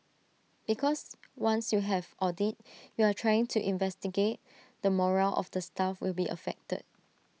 because once you have audit you are trying to investigate the morale of the staff will be affected